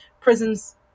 prison's